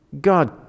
God